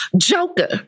Joker